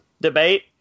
debate